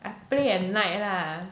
I play at night lah